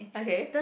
okay